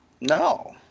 No